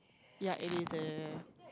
ya it is a